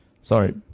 Sorry